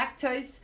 lactose